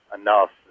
enough